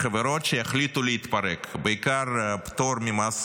לחברות שיחליטו להתפרק, בעיקר פטור ממס